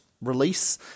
release